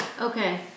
Okay